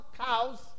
cows